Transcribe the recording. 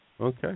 Okay